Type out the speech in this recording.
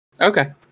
Okay